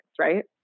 right